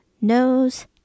nose